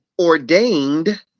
ordained